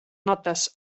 notes